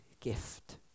gift